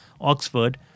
Oxford